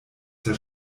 der